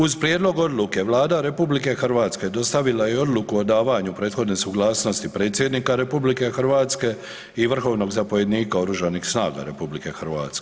Uz prijedlog odluke Vlada RH dostavila je i odluku o davanju prethodne suglasnosti predsjednika RH i vrhovnog zapovjednika Oružanih snaga RH.